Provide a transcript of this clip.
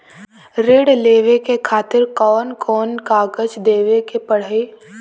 ऋण लेवे के खातिर कौन कोन कागज देवे के पढ़ही?